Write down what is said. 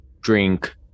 Drink